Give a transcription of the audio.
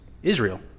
Israel